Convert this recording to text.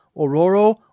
Aurora